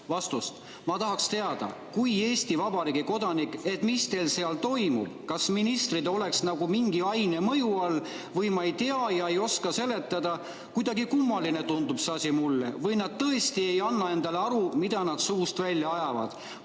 vastust. Ma tahaksin teada kui Eesti Vabariigi kodanik, et mis teil seal toimub. Kas ministrid oleks nagu mingi aine mõju all või ma ei tea ja ei oska seletada? Kuidagi kummaline tundub see asi mulle. Või nad tõesti ei anna endale aru, mida nad suust välja ajavad?